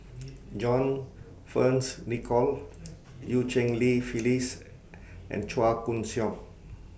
John Fearns Nicoll EU Cheng Li Phyllis and Chua Koon Siong